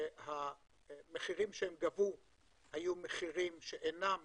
שהמחירים שהם גבו היו מחירים שאינם